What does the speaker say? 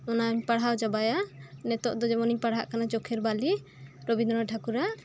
ᱚᱱᱟᱧ ᱯᱟᱲᱦᱟᱣ ᱪᱟᱵᱟᱭᱟ ᱱᱤᱛᱚᱜ ᱫᱚ ᱡᱮᱢᱚᱱᱤᱧ ᱯᱟᱲᱦᱟᱜ ᱠᱟᱱᱟ ᱪᱳᱠᱷᱮᱨ ᱵᱟᱞᱤ ᱨᱚᱵᱤᱱᱫᱨᱚ ᱴᱷᱟᱠᱩᱨᱟᱜ